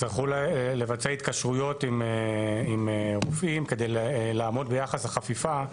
יצטרכו לבצע התקשרויות עם רופאים כדי לעמוד ביחס החפיפה,